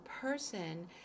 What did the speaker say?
person